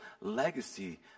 legacy